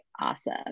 awesome